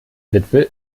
witwe